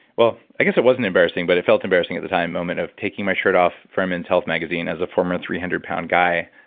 well, i guess it wasn't embarrassing, but it felt embarrassing at the time, a moment of taking my shirt off for men's health magazine as a former three hundred pound guy.